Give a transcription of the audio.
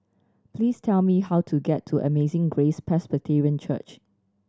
please tell me how to get to Amazing Grace Presbyterian Church